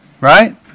Right